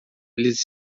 eles